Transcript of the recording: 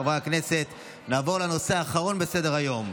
חברי הכנסת, נעבור לנושא האחרון בסדר-היום,